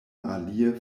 alie